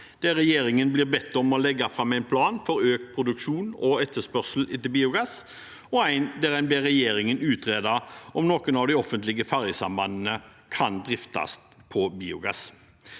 der regjeringen blir bedt om å legge fram en plan for økt produksjon av og etterspørsel etter biogass, og der en ber regjeringen utrede om noen av de offentlige ferjesambandene kan driftes på biogass.